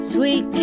Sweet